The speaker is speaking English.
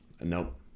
nope